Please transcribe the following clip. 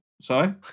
Sorry